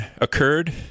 occurred